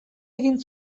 egin